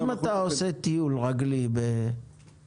אם אתה עושה טיול רגלי באופקים,